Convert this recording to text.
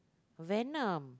Venom